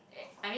eh I mean